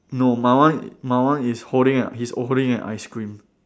no my one my one is holding up he's holding a ice cream